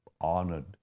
honored